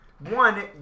One